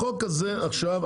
החוק הזה עכשיו,